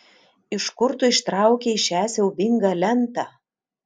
iš kur tu ištraukei šią siaubingą lentą